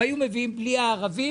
הם היו מביאים בלי הערבים,